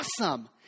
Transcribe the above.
awesome